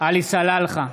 עלי סלאלחה,